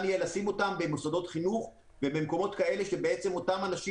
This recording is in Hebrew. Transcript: יהיה לשים אותם במוסדות חינוך ובמקומות כאלה שאותם אנשים